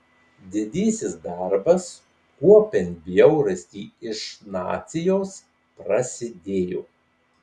didysis darbas kuopiant bjaurastį iš nacijos prasidėjo